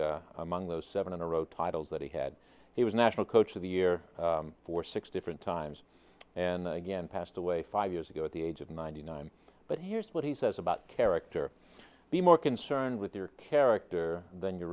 streak among those seven in a row titles that he had he was national coach of the year for six different times and again passed away five years ago at the age of ninety nine but here's what he says about character be more concerned with your character than your